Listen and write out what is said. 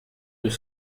deux